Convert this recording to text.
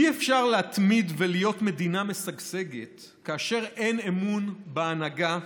אי-אפשר להתמיד ולהיות מדינה משגשגת כאשר אין אמון בהנהגה,